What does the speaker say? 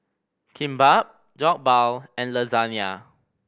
Kimbap Jokbal and Lasagna